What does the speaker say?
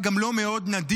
זה גם לא מאוד נדיר.